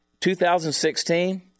2016